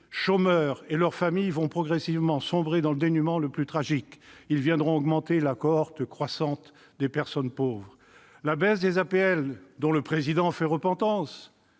chômeurs et leur famille vont progressivement sombrer dans le dénuement le plus tragique. Ils viendront augmenter la cohorte croissante des personnes pauvres. La baisse des aides personnalisées au